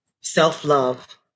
self-love